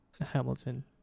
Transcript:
hamilton